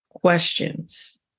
Questions